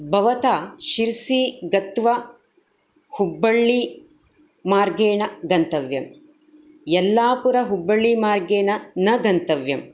भवता शिर्सि गत्व हुब्बल्लीमार्गेण गन्तव्यं एल्लापुरा हुब्बल्लीमार्गेण न गन्तव्यम्